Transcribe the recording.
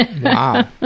Wow